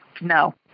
No